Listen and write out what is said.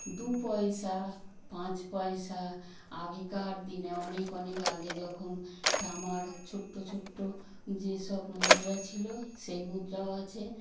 দু পয়সা পাঁচ পয়সা আগেকার দিনে অনেক অনেক আগে যখন তামার ছোট্টো ছোট্টো যেসব মুদ্রা ছিলো সেই মুদ্রাও আছে